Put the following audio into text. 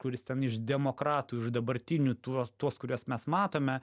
kuris ten iš demokratų iš dabartinių tuo tuos kuriuos mes matome